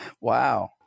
Wow